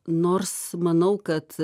nors manau kad